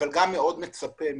אבל גם מאוד מצפה מהם.